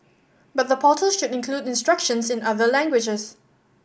but the portal should include instructions in other languages